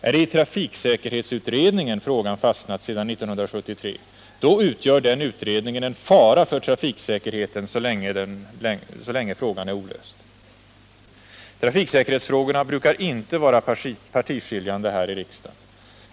Är det i trafiksäkerhetsutredningen frågan fastnat sedan 1973, då utgör den utredningen en fara för trafiksäkerheten så länge frågan är olöst. Trafiksäkerhetsfrågorna brukar inte vara partiskiljande här i riksdagen.